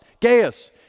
Gaius